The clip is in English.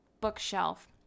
bookshelf